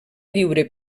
lliure